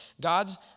God's